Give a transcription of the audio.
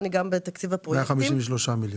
153 מיליון.